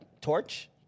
Torch